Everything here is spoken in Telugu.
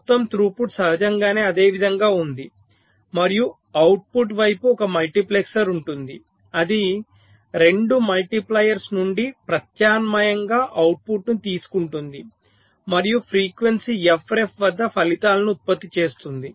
మొత్తం తృపుట్ సహజంగానే అదే విధంగా ఉంది మరియు అవుట్పుట్ వైపు ఒక మల్టీప్లెక్సర్ ఉంటుంది అది 2 మల్టిప్లైయర్స్ నుండి ప్రత్యామ్నాయంగా అవుట్పుట్ను తీసుకుంటుంది మరియు ఫ్రీక్వెన్సీ f ref వద్ద ఫలితాలను ఉత్పత్తి చేస్తుంది